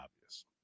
obvious